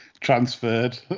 transferred